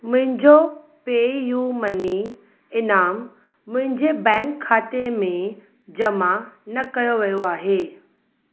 मुंहिंजो pay U money इनाम मुंहिंजे बैंक खाते में जमा न कयो वियो आहे